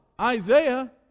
Isaiah